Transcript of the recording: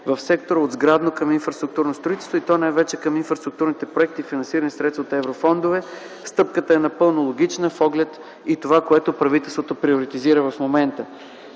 в сектора от сградно към инфраструктурно строителство и то най-вече към инфраструктурните проекти, финансирани със средства от еврофондове. Стъпката е напълно логична с оглед на това, което правителството приоритизира в момента.